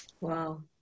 Wow